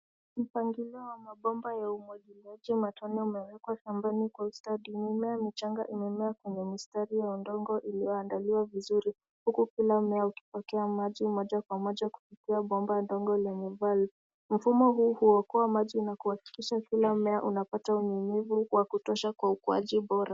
Mpangilio wa mabomba ya umwagiliaji matone umewekwa shambani kwa ustadi. Mimea michanga imemea kwenye mistari wa udongo iliyoandaliwa vizuri. Huku kila mmea ukipokea maji moja kwa moja kupitia bomba ndogo lenye valve . Mfumo huu huokoa maji na kuhakikisha kila mmea unapata unyevunyevu wa kutosha kwa ukuaji bora.